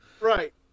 right